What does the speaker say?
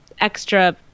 extra